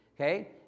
okay